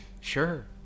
sure